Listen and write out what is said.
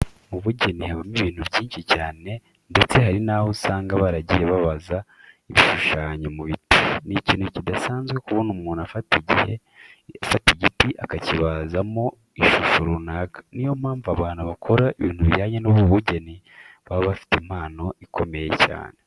Mu bugeni habamo ibintu byinshi cyane ndetse hari naho usanga baragiye babaza ibishushanyo mu biti. Ni ikintu kidasanzwe kubona umuntu afata igiti akakibazamo ishusho runaka, ni yo mpamvu abantu bakora ibintu bijyanye n'ubu bugeni baba bafite impano ikomeye cyane.